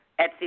Etsy